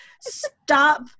stop